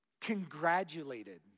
congratulated